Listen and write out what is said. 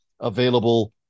available